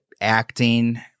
acting